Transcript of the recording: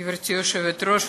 גברתי היושבת-ראש,